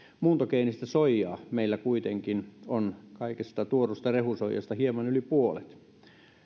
muuntogeenistä soijaa meillä kuitenkin on kaikesta tuodusta rehusoijasta hieman yli puolet